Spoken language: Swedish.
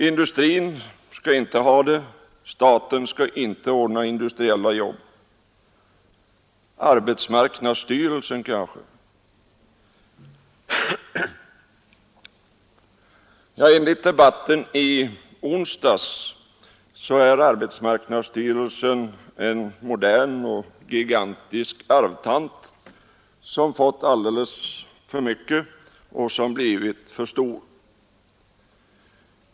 Industrin skall inte ha ansvaret — staten skall inte ordna industriella jobb! Arbetsmarknadsstyrelsen kanske? Enligt debatten i onsdags är arbetsmarknadsstyrelsen en modern gigantisk arvtant som fått alldeles för mycket och blivit för stor.